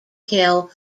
hill